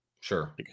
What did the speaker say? Sure